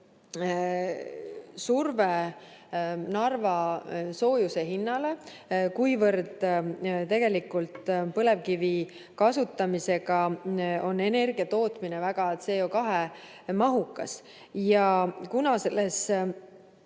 surve Narva soojuse hinnale, kuivõrd põlevkivi kasutamisega on energia tootmine väga CO2mahukas. Kuna selles